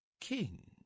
king